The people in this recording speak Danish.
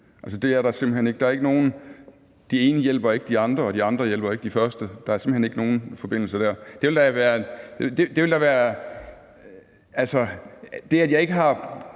det er der simpelt hen ikke; de første hjælper ikke de andre, og de andre hjælper ikke de første. Der er simpelt hen ikke nogen forbindelse der. Man bruger det, at jeg ikke har